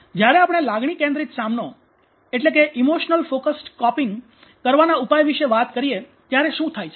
જ્યારે આપણે લાગણી કેન્દ્રિત સામનો કરવાના ઉપાય વિશે વાત કરીએ ત્યારે શું થાય છે